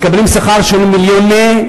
מקבלים שכר של מיליוני,